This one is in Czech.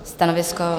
Stanovisko?